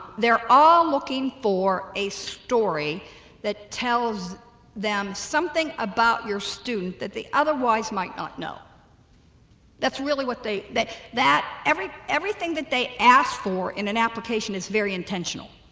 they're all looking for a story that tells them something about your students that the otherwise might not know that's really what they that that everything that they asked for in an application is very intentional